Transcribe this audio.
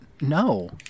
No